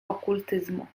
okultyzmu